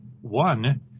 One